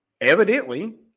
evidently